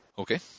Okay